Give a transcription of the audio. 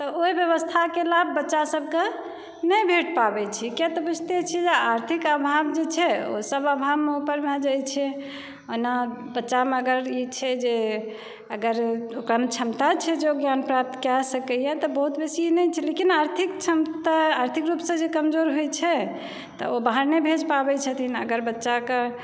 तऽ ओहि व्यवस्थाकेँ लाभ बच्चा सभकेँ नहि भेट पाबै छै कियातऽ बुझिते छी जे आर्थिक आभाव जे छै ओ सभ आभावमे ऊपर भए जाइ छै ओना बच्चामे अगर ई छै जे अगर क्षमता छै जँ ज्ञान प्राप्त कए सकैए तऽ बहुत बेसी नहि छै लेकिन आर्थिक क्षमता आर्थिक रूपसॅं कमजोर होइ छै तऽ ओ बाहर नहि भेज पाबै छथिन अगर बच्चाके